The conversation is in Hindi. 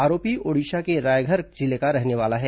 आरोपी ओडिशा के रायघर जिले का रहने वाला है